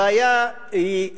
הבעיה היא,